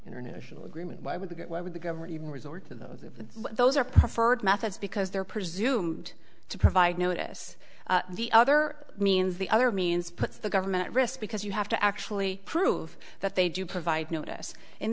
international agreement why would why would the government even resort to those of those are preferred methods because they're presumed to provide notice the other means the other means puts the government risk because you have to actually prove that they do provide notice in